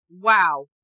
wow